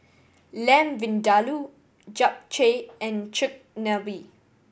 Lamb Vindaloo Japchae and Chigenabe